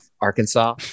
Arkansas